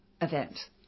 event